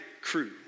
crew